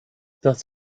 das